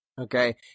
Okay